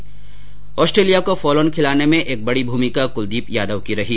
वहीं ऑस्ट्रेलिया को फॉलोओन खिलाने में एक बड़ी भूमिका कुलदीप यादव की रही